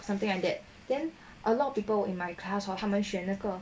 something like that then a lot of people in my class hor 他们选那个